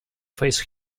face